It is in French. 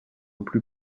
plus